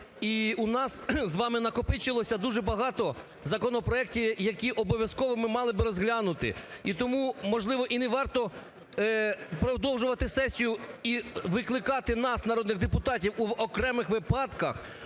І у нас з вами накопичилося дуже багато законопроектів, які обов'язково ми мали би розглянути, і тому, можливо, і не варто продовжувати сесію і викликати нас, народних депутатів, в окремих випадках,